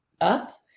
up